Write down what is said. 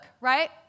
right